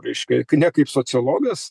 reiškia ne kaip sociologas